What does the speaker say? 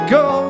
go